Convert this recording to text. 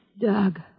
Doug